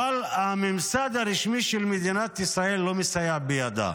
אבל הממסד הרשמי של מדינת ישראל לא מסייע בידה.